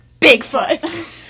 Bigfoot